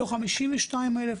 לא 52,000,